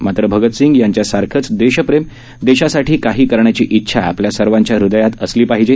मात्र भगतसिंग यांच्यासारखंच देशप्रेम देशासाठी काही करण्याची इच्छा आपल्या सर्वाच्या हृदयात असली पाहिजे